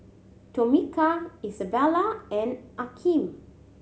Tomika Isabella and Akeem